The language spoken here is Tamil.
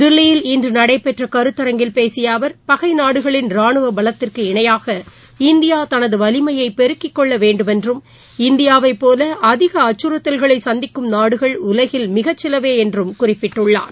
தில்லியில் இன்று நடைபெற்ற கருத்தரங்கில் பேசிய அவர் பகை நாடுகளின் ரானுவ பலத்திற்கு இணையாக இந்தியா தனது வலிமையை பெருக்கிக்கொள்ள வேண்டும் என்றும் இந்தியாவைப்போல அதிக அச்சுறுத்தல்களை சந்திக்கும் நாடுகள் உலகில் மிகச்சிலவே என்றும் குறிப்பிட்டார்